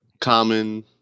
Common